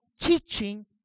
teaching